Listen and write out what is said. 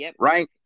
right